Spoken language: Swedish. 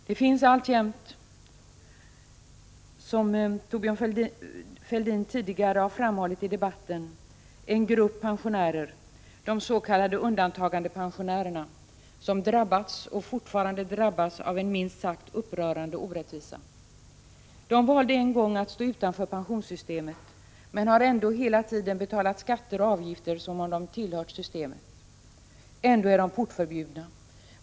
Det finns alltjämt, som Thorbjörn Fälldin tidigare har framhållit i debatten, en grupp pensionärer, de s.k. undantagandepensionärerna, som drabbats och fortfarande drabbas av en minst sagt upprörande orättvisa. Dessa pensionärer valde en gång att stå utanför pensionssystemet, men de har ändå hela tiden betalat skatter och avgifter som om de tillhört systemet. Ändå är de portförbjudna.